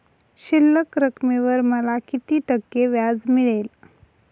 शिल्लक रकमेवर मला किती टक्के व्याज मिळेल?